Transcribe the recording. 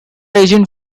agent